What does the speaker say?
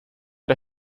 der